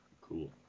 Cool